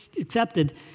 accepted